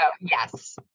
yes